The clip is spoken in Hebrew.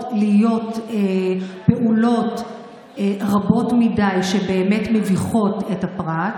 להיות פעולות רבות מדי שמביכות את הפרט.